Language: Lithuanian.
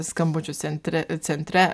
skambučių centre centre